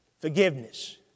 Forgiveness